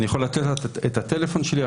אני יכול לתת לה את הטלפון שלי,